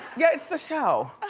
yeah, it's the show.